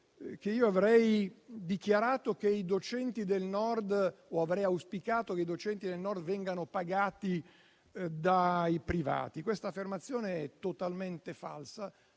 che io avrei dichiarato o auspicato che i docenti del Nord vengano pagati dai privati. Questa affermazione è totalmente falsa.